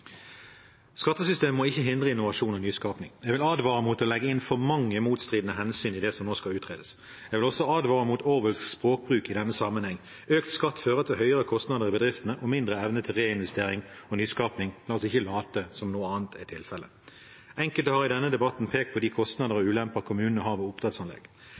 Skattesystemet må ikke hindre innovasjon og nyskaping. Jeg vil advare mot å legge inn for mange motstridende hensyn i det som nå skal utredes. Jeg vil også advare mot orwellsk språkbruk i denne sammenheng. Økt skatt fører til høyere kostnader i bedriftene og mindre evne til reinvestering og nyskaping – la oss ikke late som om noe annet er tilfellet. Enkelte har i denne debatten pekt på de kostnader og ulemper kommunene har ved oppdrettsanlegg.